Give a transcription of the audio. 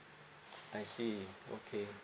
I see okay